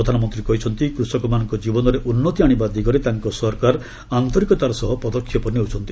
ପ୍ରଧାନମନ୍ତ୍ରୀ କହିଛନ୍ତି କୃଷକମାନଙ୍କ ଜୀବନରେ ଉନ୍ନତି ଆଶିବା ଦିଗରେ ତାଙ୍କ ସରକାର ଆନ୍ତରିକତା ସହ ପଦକ୍ଷେପ ନେଉଛନ୍ତି